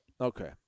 Okay